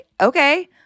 okay